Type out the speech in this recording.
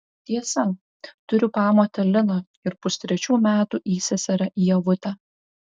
tiesa turiu pamotę liną ir pustrečių metų įseserę ievutę